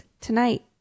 tonight